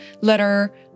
letter